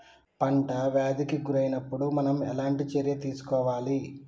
పంట వ్యాధి కి గురి అయినపుడు మనం ఎలాంటి చర్య తీసుకోవాలి?